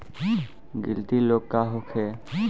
गिल्टी रोग का होखे?